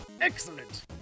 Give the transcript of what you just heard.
Excellent